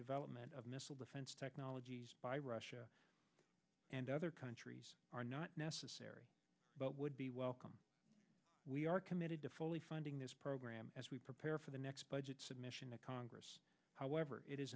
development of missile defense technology by russia and other countries are not necessary but would be welcome we are committed to fully funding this program as we prepare for the next budget submission to congress however it is